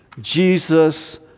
Jesus